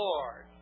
Lord